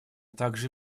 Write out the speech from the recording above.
также